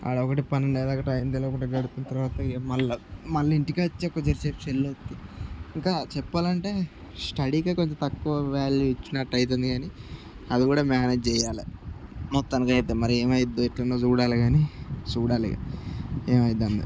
అక్కడొకటి పన్నెండు అయ్యేదాకా టైం తెలియకుండా గడిపిన తర్వాత ఇక మళ్ళా మళ్ళీ ఇంటికి వచ్చి జరసేపు సెల్లొత్తి ఇంకా చెప్పాలంటే స్టడీకే కొంచెం తక్కువ వ్యాల్యూ ఇచ్చినట్టు అవుతుంది కాని అది కూడా మేనేజ్ చెయ్యాలి మొత్తానికైతే మరి ఏమౌతుందో ఎట్లనో చూడాలి కాని చూడాలి ఏమౌతుందో అది